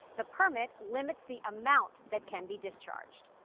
the permit limits the amount that can be discharged.